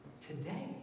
today